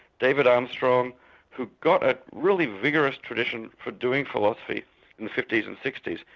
david armstrong who got a really vigorous tradition for doing philosophy in the fifty s and sixty s.